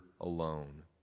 alone